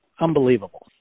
unbelievable